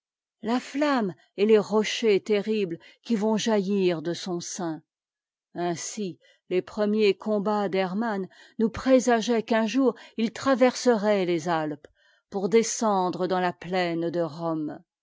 ta flamme et tes rochers terriblés qui vontjaittirde son sein ainsi tes'premiers combats d'hermann nous présageaient qu'un jour il traverserait les atpes pour des cendre dans ta ptaine de rome